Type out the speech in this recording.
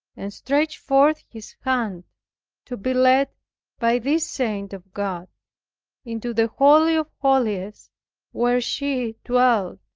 and stretched forth his hand to be led by this saint of god into the holy of holies where she dwelt.